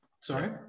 Sorry